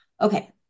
Okay